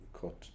cut